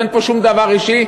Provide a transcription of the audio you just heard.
אין פה שום דבר אישי.